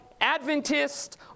Adventist